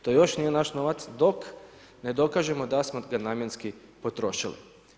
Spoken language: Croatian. To još nije naš novac dok ne dokažemo da smo ga namjenski potrošili.